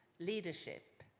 leadership.